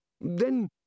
Then